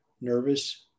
nervous